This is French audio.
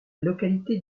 localité